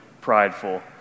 prideful